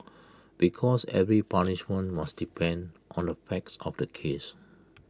because every punishment must depend on the facts of the case